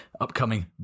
upcoming